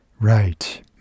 Right